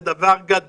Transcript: זה באמת דבר גדול